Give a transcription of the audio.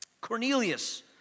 Cornelius